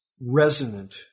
resonant